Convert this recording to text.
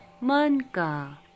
manka